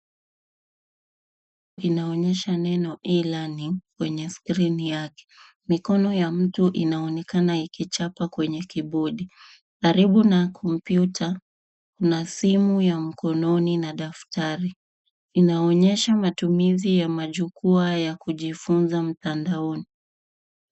Inaonesha neno e-learning kwenye skrini yake. Mikono ya mtu inaonekana ikichapa kwenye kibodi. Karibu na kompyuta kuna simu ya mkononi na daftari. Inaonesha matumizi ya majukwaa ya kujifunza mtandaoni.